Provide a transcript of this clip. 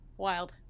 Wild